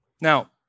Now